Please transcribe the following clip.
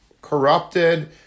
corrupted